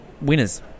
winners